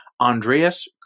Andreas